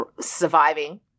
surviving